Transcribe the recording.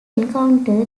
encounter